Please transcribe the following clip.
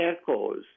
Echoes